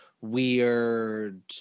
weird